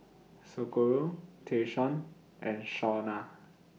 Socorro Tayshaun and Shawna